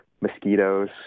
mosquitoes